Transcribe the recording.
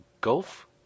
golf